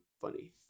funny